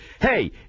Hey